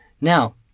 now